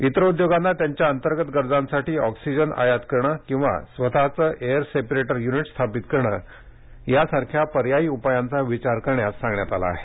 इतर उद्योगांना त्यांच्या अंतर्गत गरजांसाठी ऑक्सिजन आयात करणे किंवा स्वतःचे एअर सेपरेटर यूनिट स्थापित करणे यासारख्या पर्यायी उपायांचा विचार करण्यास सांगण्यात आलं आहे